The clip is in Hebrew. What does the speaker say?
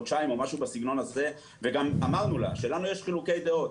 חודשיים ואמרנו לה שיש לנו חילוקי דעות.